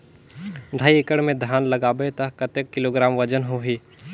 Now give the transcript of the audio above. ढाई एकड़ मे धान लगाबो त कतेक किलोग्राम वजन होही?